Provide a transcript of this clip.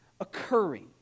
occurring